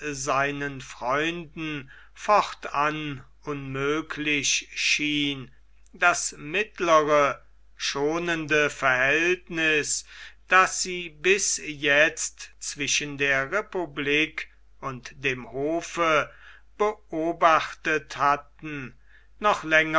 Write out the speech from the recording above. seinen freunden fortan unmöglich schien das mittlere schonende verhältniß das sie bis jetzt zwischen der republik und dem hofe beobachtet hatten noch länger